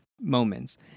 moments